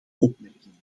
opmerkingen